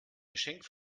geschenk